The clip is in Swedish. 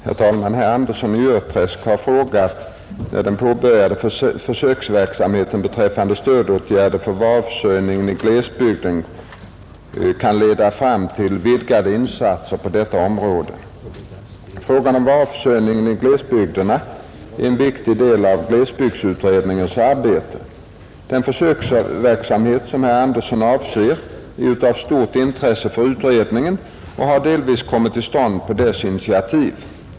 Herr talman! Herr Andersson i Örträsk har frågat när den påbörjade försöksverksamheten beträffande stödåtgärder för varuförsörjningen i glesbygder kan leda fram till vidgade insatser på detta område. Frågan om varuförsörjningen i glesbygderna är en viktig del av glesbygdsutredningens arbete. Den försöksverksamhet som herr Andersson avser är av stort intresse för utredningen och har delvis kommit till stånd på dess initiativ.